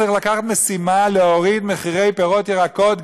צריך לקחת כמשימה להוריד מחירי פירות וירקות,